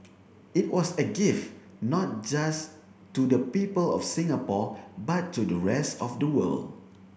it was a gift not just to the people of Singapore but to the rest of the world